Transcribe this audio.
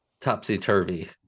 topsy-turvy